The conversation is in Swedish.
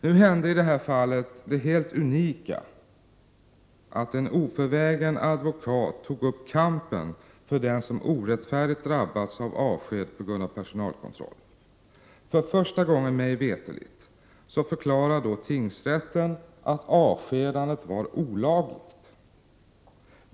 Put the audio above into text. Nu hände i detta fall det unika att en oförvägen advokat tog upp kampen för den som orättfärdigt drabbats av avsked på grund av personalkontroll. För första gången, mig veterligt, förklarade tingsrätten att avskedandet var olagligt.